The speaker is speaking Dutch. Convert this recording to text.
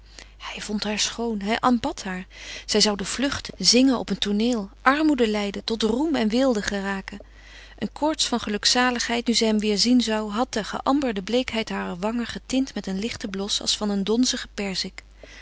hij vond haar schoon hij aanbad haar zij zouden vluchten zingen op een tooneel armoede lijden tot roem en weelde geraken een koorts van gelukzaligheid nu zij hem weer zien zou had de geamberde bleekheid harer wangen getint met een lichten blos als van een donzige perzik